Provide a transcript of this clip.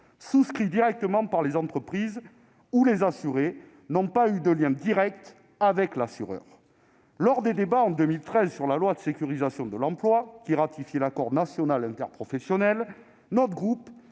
souscrits directement par les entreprises, pour lesquels les assurés n'ont pas eu de contact direct avec l'assureur. Lors des débats de 2013 sur la loi relative à la sécurisation de l'emploi, qui entérinait l'accord national interprofessionnel, notre groupe